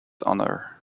honor